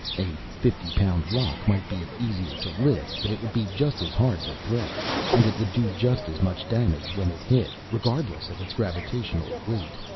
a fifty-pound rock might be easier to lift, but it would be just as hard to throw and it would do just as much damage when it hit, regardless of its gravitational weight.